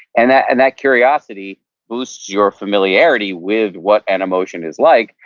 and that and that curiosity boosts your familiarity with what an emotion is like,